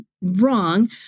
wrong